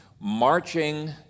marching